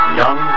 young